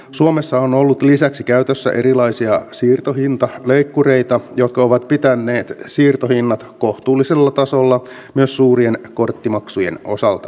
suomessa on ollut lisäksi käytössä erilaisia siirtohintaleikkureita jotka ovat pitäneet siirtohinnat kohtuullisella tasolla myös suurien korttimaksujen osalta